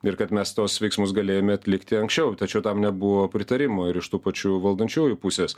ir kad mes tuos veiksmus galėjome atlikti anksčiau tačiau tam nebuvo pritarimų ir iš tų pačių valdančiųjų pusės